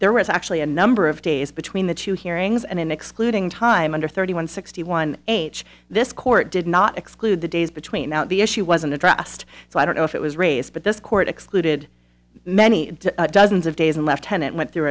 there was actually a number of days between the two hearings and in excluding time under thirty one sixty one age this court did not exclude the days between the issue wasn't addressed so i don't know if it was raised but this court excluded many dozens of days and left when it went through